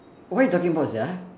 what you talking about sia